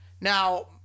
Now